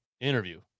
interview